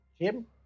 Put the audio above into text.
Jim